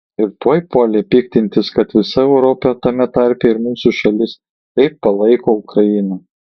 ir tuoj puolė piktintis kad visa europa tame tarpe ir mūsų šalis taip palaiko ukrainą